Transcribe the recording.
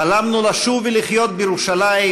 חלמנו לשוב ולחיות בירושלים,